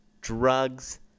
drugs